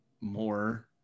more